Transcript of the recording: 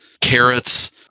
carrots